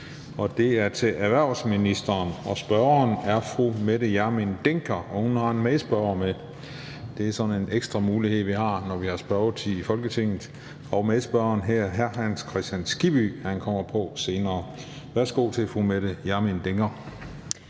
og det er til erhvervsministeren. Spørgeren er fru Mette Hjermind Dencker, og hun har en medspørger med – det er sådan en ekstra mulighed, vi har, når vi har spørgetid i Folketinget. Medspørgeren hedder hr. Hans Kristian Skibby. Han kommer på senere. Kl. 16:25 Spm. nr.